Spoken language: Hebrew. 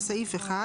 בסעיף 1